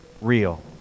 real